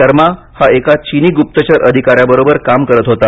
शर्मा हा एका चिनी गुप्तचर अधिकाऱ्याबरोबर काम करत होता